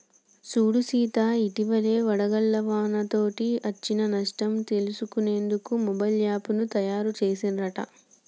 సూడు సీత ఇటివలే వడగళ్ల వానతోటి అచ్చిన నట్టన్ని తెలుసుకునేందుకు మొబైల్ యాప్ను తాయారు సెసిన్ రట